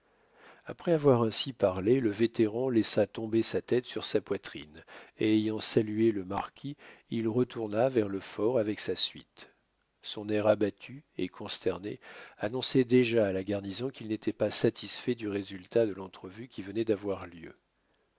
après avoir ainsi parlé le vétéran laissa tomber sa tête sur sa poitrine et ayant salué le marquis il retourna vers le fort avec sa suite son air abattu et consterné annonçait déjà à la garnison qu'il n'était pas satisfait du résultat de l'entrevue qui venait d'avoir lieu